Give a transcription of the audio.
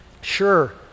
sure